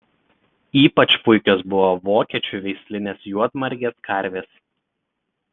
ypač puikios buvo vokiečių veislinės juodmargės karvės